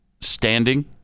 standing